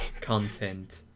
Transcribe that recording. content